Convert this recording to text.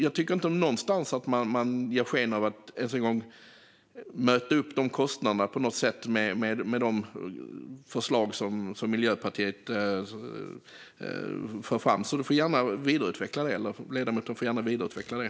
Jag tycker inte att Miljöpartiets förslag ger något sken av att försöka möta de kostnaderna. Ledamoten får gärna vidareutveckla det.